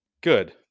Good